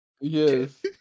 Yes